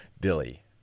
Dilly